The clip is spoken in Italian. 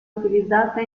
utilizzata